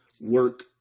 work